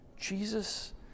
Jesus